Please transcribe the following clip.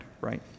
right